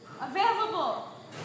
available